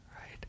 right